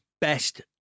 best